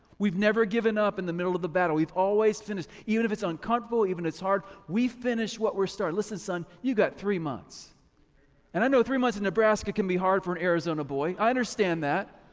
we've never given up in the middle of the battle, we've always finished even if it's uncomfortable, even it's hard, we finish what we're start. listen son, you got three months and i know three months in nebraska can be hard for an arizona boy, i understand that.